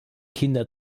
kinder